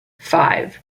five